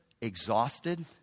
exhausted